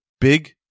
big